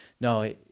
No